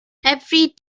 every